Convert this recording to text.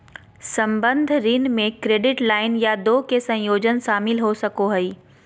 संबंद्ध ऋण में क्रेडिट लाइन या दो के संयोजन शामिल हो सको हइ